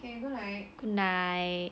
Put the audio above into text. good night